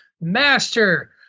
master